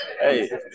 Hey